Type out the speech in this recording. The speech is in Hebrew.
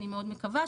אני מאוד מקווה.